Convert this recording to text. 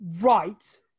right